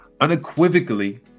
unequivocally